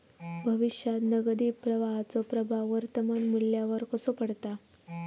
भविष्यात नगदी प्रवाहाचो प्रभाव वर्तमान मुल्यावर कसो पडता?